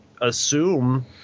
assume